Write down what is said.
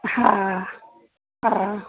हा हा